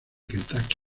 kentucky